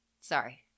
Sorry